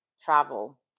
travel